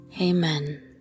Amen